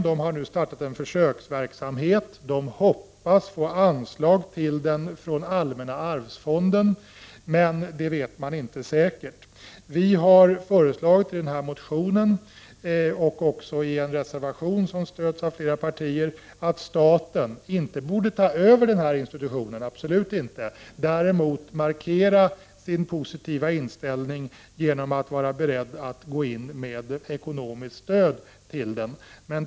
Den har nu startat en försöksverksamhet och hoppas få anslag till den från allmänna arvsfonden, men det är inte säkert. Vi har i motionen och i en reservation, som stöds av flera partier, föreslagit att staten inte borde ta över denna institution — absolut inte — men däremot borde markera sin positiva inställning genom att vara beredd att gå in med ekonomiskt stöd till den.